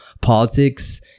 politics